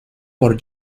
por